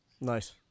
nice